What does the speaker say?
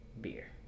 beer